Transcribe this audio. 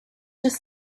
does